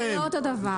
זה לא אותו דבר.